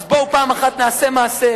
אז בואו פעם אחת נעשה מעשה,